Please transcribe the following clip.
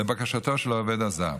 לבקשתו של העובד הזר.